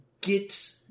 get